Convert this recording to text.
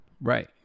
Right